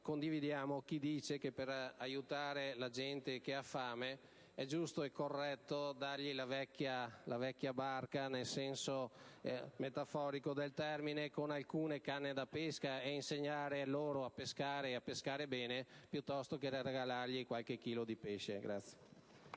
condividiamo, il quale dice che per aiutare le persone che hanno fame è giusto e corretto dare loro la vecchia barca - nel senso metaforico del termine - con alcune canne da pesca e insegnare loro a pescare, e a pescare bene, piuttosto che regalare loro qualche chilo di pesce.